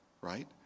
right